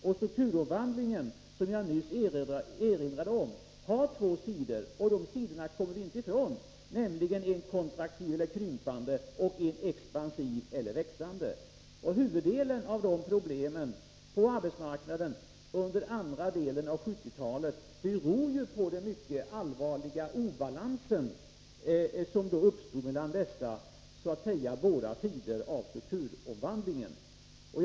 Men strukturomvandlingen har, som jag nyss erinrade om, två sidor — och de sidorna kommer vi inte ifrån — nämligen en kontraktiv eller krympande och en expansiv eller växande. Huvuddelen av problemen på arbetsmarknaden under andra delen av 1970-talet beror på den mycket allvarliga obalans som då uppstod mellan dessa båda sidor av strukturomvandlingen.